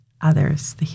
others